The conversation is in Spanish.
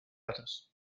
otros